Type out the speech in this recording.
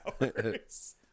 hours